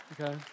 Okay